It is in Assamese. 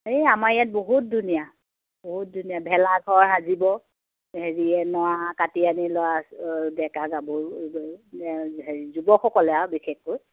এই আমাৰ ইয়াত বহুত ধুনীয়া বহুত ধুনীয়া ভেলাঘৰ সাজিব হেৰিয়ে নৰা কাটি আনি ল'ৰা ডেকা গাভৰু হেৰি যুৱকসকলে আৰু বিশেষকৈ